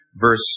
verse